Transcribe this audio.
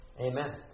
Amen